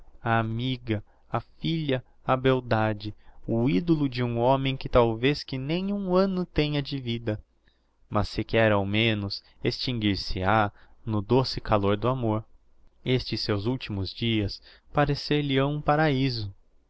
amiga a filha a beldade o idolo de um homem que talvez que nem um anno tenha de vida mas sequer ao menos extinguir se ha no dôce calôr do amor estes seus ultimos dias parecer lhe hão um paraiso